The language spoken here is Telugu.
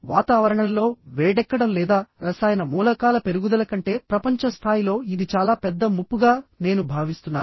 వాతావరణంలో వేడెక్కడం లేదా రసాయన మూలకాల పెరుగుదల కంటే ప్రపంచ స్థాయిలో ఇది చాలా పెద్ద ముప్పుగా నేను భావిస్తున్నాను